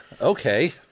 Okay